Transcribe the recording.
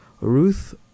Ruth